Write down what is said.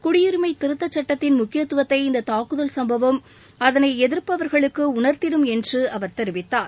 குடியுரிமை திருத்தச் சுட்டத்தின் முக்கியத்துவத்தை இந்த தாக்குதல் சும்பவம் அதனை எதிர்ப்பவர்களுக்கு உணர்த்திடும் என்று தெரிவித்தார்